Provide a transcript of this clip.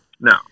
No